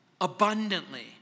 abundantly